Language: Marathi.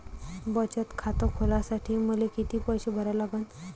बचत खात खोलासाठी मले किती पैसे भरा लागन?